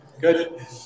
Good